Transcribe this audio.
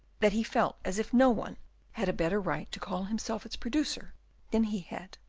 that he felt as if no one had a better right to call himself its producer than he had